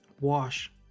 wash